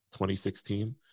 2016